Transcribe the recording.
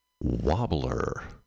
Wobbler